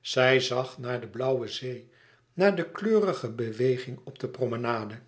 zij zag naar de blauwe zee naar de kleurige beweging op de promenade